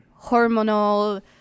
hormonal